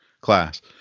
class